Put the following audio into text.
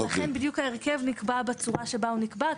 לכן בדיוק ההרכב נקבע בצורה שבה הוא נקבע.